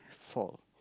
fall